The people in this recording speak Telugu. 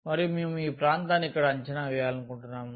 మరియు మేము ఈ ప్రాంతాన్ని ఇక్కడ అంచనా వేయాలనుకుంటున్నాము